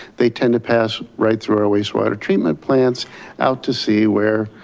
they tend to pass right through our waste water treatment plants out to sea where,